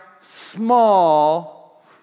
small